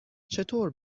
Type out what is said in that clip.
چطور